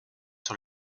sur